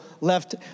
left